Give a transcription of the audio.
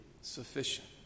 sufficient